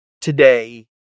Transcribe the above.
today